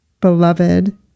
Beloved